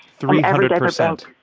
three hundred percent?